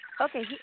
Okay